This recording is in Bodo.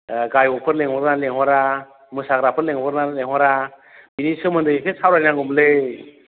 ओ गायकफोर लिंहरो ना लिंहरा मोसाग्राफोर लिंहरो ना लिंहरा बिनि सोमोन्दै एसे सावरायनांगौमोनलै